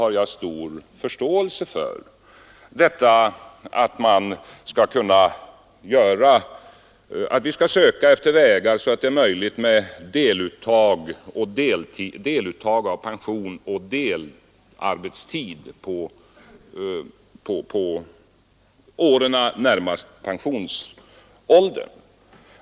Jag har stor förståelse för rörlig pensionsålder i den meningen, att jag tycker vi bör söka efter vägar som kan göra det möjligt med deluttag av pension och delarbetstid under åren närmast pensionsåldern.